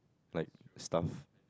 like stuff